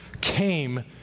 came